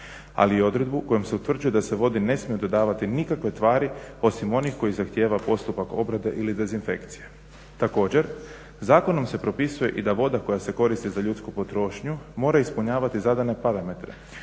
ali i odredbu kojom se utvrđuje da se vodi ne smiju dodavati nikakve tvari osim onih koje zahtijevaju postupak obrade ili dezinfekcije. Također, zakonom se propisuje i da voda koja se koristi za ljudsku potrošnju mora ispunjavati zadane parametre